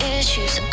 issues